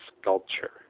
sculpture